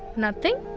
nothing?